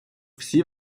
всі